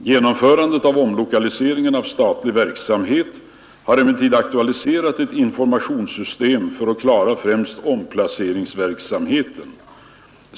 Genomförandet av omlokaliseringen av statlig verksamhet har emellertid aktualiserat ett informationssystem för att klara främst omplaceringsverksamheten.